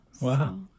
Wow